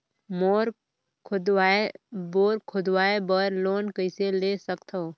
Bore खोदवाय बर loan कइसे ले सकथव?